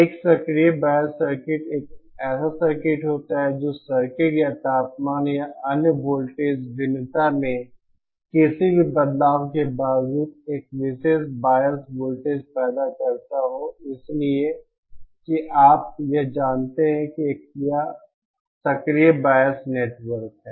एक सक्रिय bias circuit एक ऐसा सर्किट होता है जो सर्किट या तापमान या अन्य वोल्टेज भिन्नता में किसी भी बदलाव के बावजूद एक विशेष बायस वोल्टेज पैदा करता हो इसलिए कि आप आप यह जानते हैं एक सक्रिय बायस नेटवर्क हैं